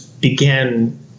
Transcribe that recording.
began